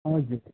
हजुर